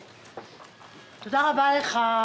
תודה רבה לך,